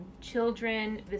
children